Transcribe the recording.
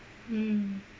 mm